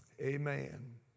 Amen